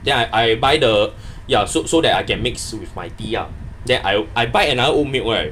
ya I buy the ya so so that I can mix with my tea ah then I I buy another oat milk right